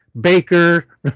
Baker